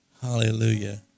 Hallelujah